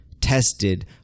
tested